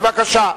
בבקשה.